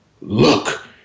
look